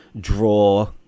draw